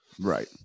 Right